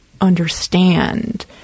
understand